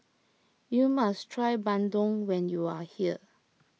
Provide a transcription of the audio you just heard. you must try Bandung when you are here